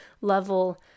level